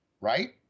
Right